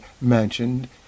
mentioned